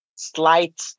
slight